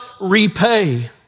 repay